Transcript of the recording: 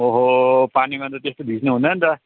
ओहो पानीमा त त्यस्तो भिज्नु हुँदैन त